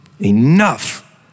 Enough